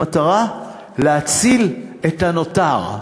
במטרה להציל את הנותר,